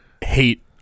hate